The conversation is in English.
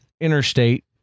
interstate